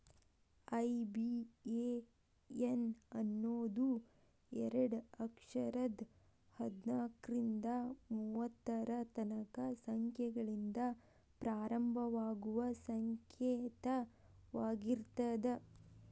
IBAN ಅನ್ನೋದು ಎರಡ ಅಕ್ಷರದ್ ಹದ್ನಾಲ್ಕ್ರಿಂದಾ ಮೂವತ್ತರ ತನಕಾ ಸಂಖ್ಯೆಗಳಿಂದ ಪ್ರಾರಂಭವಾಗುವ ಸಂಕೇತವಾಗಿರ್ತದ